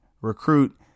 recruit